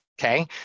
okay